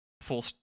full